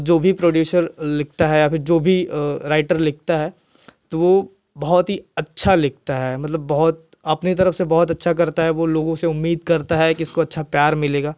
जो भी प्रोड्यूसर लिखता है या फ़िर जो भी राइटर लिखता है तो वह बहुत ही अच्छा लिखता है मतलब बहुत अपनी तरफ़ से बहुत अच्छा करता है वह लोगों से उम्मीद करता है कि इसको अच्छा प्यार मिलेगा